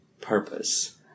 purpose